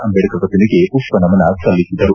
ಅಂಬೇಡ್ಕರ್ ಪತ್ರಿಮೆಗೆ ಪುಷ್ಪನಮನ ಸಲ್ಲಿಸಿದರು